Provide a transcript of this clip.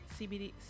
CBD